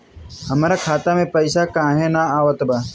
हमरा खाता में पइसा काहे ना आवत बा?